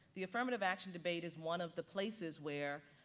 the affirmative action debate is one of the places where,